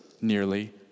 nearly